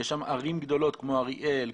יש שם ערים גדולות כמו אריאל,